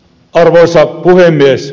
arvoisa puhemies